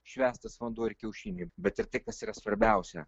švęstas vanduo ir kiaušiniai bet ir tai kas yra svarbiausia